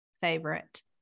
favorite